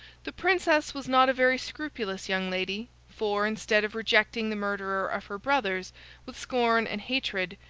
the princess was not a very scrupulous young lady, for, instead of rejecting the murderer of her brothers with scorn and hatred,